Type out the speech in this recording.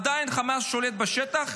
עדיין חמאס שולט בשטח,